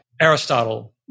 Aristotle